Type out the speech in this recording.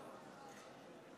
רבותיי חברי הכנסת,